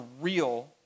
real